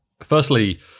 Firstly